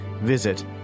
Visit